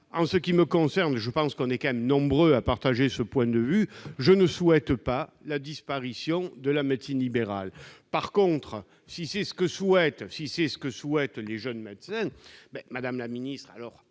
En ce qui me concerne- et je pense que nous sommes nombreux à partager ce point de vue -, je ne souhaite pas la disparition de la médecine libérale. En revanche, si c'est ce que désirent les jeunes médecins, madame la ministre, entamons